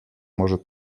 może